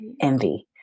envy